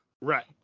right